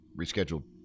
rescheduled